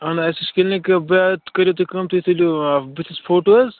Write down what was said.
اَہَن حظ اَسہِ حظ چھِ کِلنِک بعد کٔرِو تُہۍ کٲم تُہۍ تُلۍزیٚو بُتھِس فوٹوٗ حظ